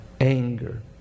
anger